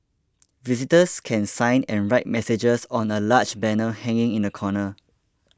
visitors can sign and write messages on a large banner hanging in the corner